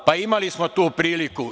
Imali smo tu priliku.